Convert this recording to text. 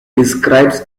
describes